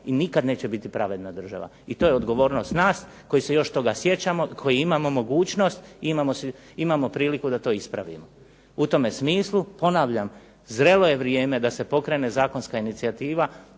i nikada neće biti pravedna država i to je odgovornost nas koji se još toga sjećamo, koji imamo mogućnost i imamo priliku da to ispravimo. U tome smislu ponavljam zrelo je vrijeme da se pokrene zakonska inicijativa